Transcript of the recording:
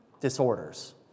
disorders